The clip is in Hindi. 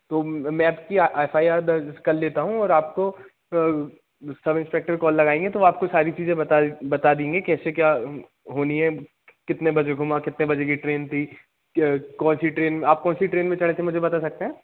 तो मैं आपकी एफ़ आई आर दर्ज कर लेता हूँ और आपको सबइंस्पेक्टर कॉल लगाएँगे तो आपको सारी चीज़ें बता बता देंगे कैसे क्या होनी है कितने बजे गुमा कितने बजे की ट्रेन थी कि कौनसी ट्रेन आप कौनसी ट्रेन में चढ़े थे मुझे बता सकते हैं